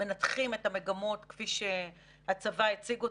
מנתחים את המגמות כפי שהצבא הציג אותן,